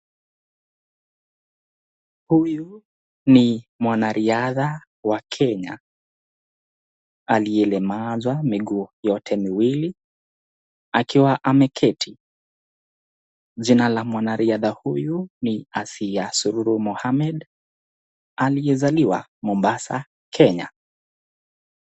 Huyu ni mwanariadha wa kenya aliyelemazwa miguu yote miwili akiwa ameketi. Jina la mwanariadha huyu ni Azia Sururu Mohammed aliyezaliwa Mombassa kenya.